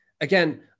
Again